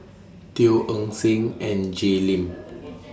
Teo Eng Seng and Jay Lim